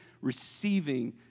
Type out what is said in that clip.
receiving